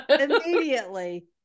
immediately